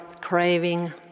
craving